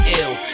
ill